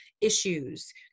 issues